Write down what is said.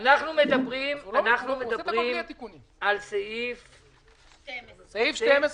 אנחנו מדברים על סעיף 12. סעיף 12. סעיף 12,